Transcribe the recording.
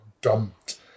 dumped